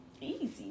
Easy